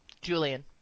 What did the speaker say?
Julian